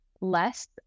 less